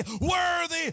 worthy